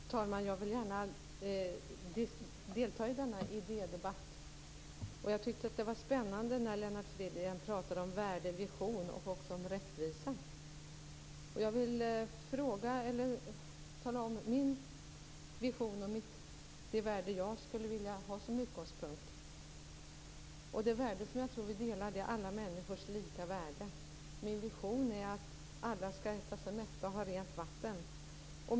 Fru talman! Jag vill gärna delta i denna idédebatt. Jag tyckte det var spännande när Lennart Fridén talade om värde, vision och också om rättvisa. Jag vill tala om min vision och de värden som jag skulle vilja ha som utgångspunkt. Det värde som jag tror vi delar är alla människors lika värde. Min vision är att alla skall kunna äta sig mätta och ha rent vatten.